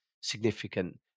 significant